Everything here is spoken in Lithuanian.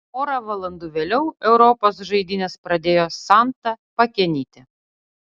pora valandų vėliau europos žaidynes pradėjo santa pakenytė